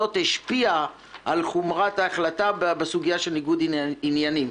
וזה קרה פעם אחת בשבע שנים,